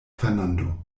fernando